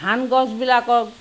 ধান গছবিলাকক